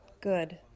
Good